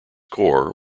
core